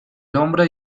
hombre